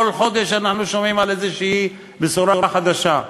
כל חודש אנחנו שומעים על איזו בשורה חדשה.